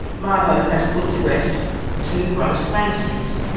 mabo has put to rest two gross fantasies.